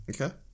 Okay